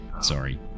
Sorry